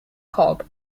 cobb